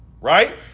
Right